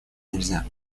нельзя